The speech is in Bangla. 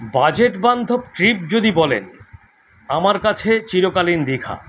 বাজেটবান্ধব ট্রিপ যদি বলেন আমার কাছে চিরকালীন দীঘা